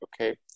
okay